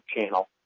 channel